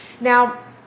Now